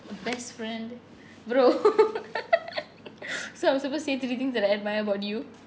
a best friend bro so I'm supposed to say three things that I admire about you